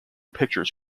pictures